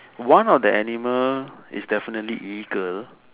one of the animal is definitely eagle